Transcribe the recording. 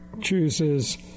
chooses